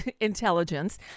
intelligence